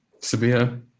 Sabia